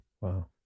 Wow